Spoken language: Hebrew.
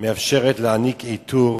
מאפשר להעניק עיטור